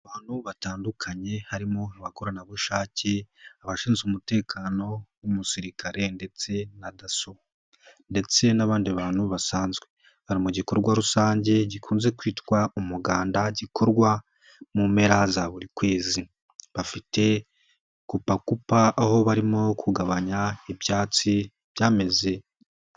Abantu batandukanye, harimo abakorerabushake, abashinzwe umutekano, umusirikare ndetse na dasso, ndetse n'abandi bantu basanzwe, bari mu gikorwa rusange gikunze kwitwa umuganda, gikorwa mu mpera za buri kwezi bafite kupakupa, aho barimo kugabanya ibyatsi byameze.